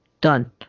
Done